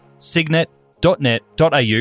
Signet.net.au